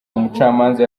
umucamanza